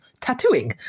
tattooing